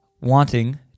wanting